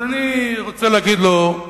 אז אני רוצה להגיד לו,